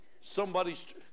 Somebody's